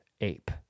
ape